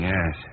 Yes